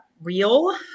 real